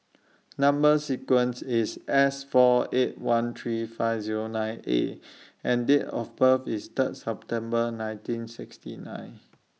Number sequence IS S four eight one three five Zero nine A and Date of birth IS Third September nineteen sixty nine